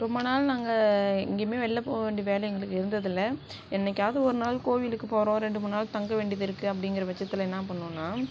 ரொம்ப நாள் நாங்கள் எங்கேயுமே வெளில போக வேண்டிய வேலை எங்களுக்கு இருந்தது இல்லை என்னக்கியாவது ஒரு நாள் கோவிலுக்கு போகிறோம் ரெண்டு மூணுநாள் தங்க வேண்டியது இருக்குது அப்படிங்குற பட்சத்தில் என்ன பண்ணுவோனால்